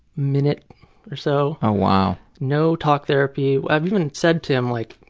minute or so. oh wow. no talk therapy. i've even said to him like,